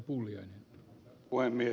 arvoisa puhemies